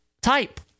type